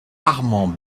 armand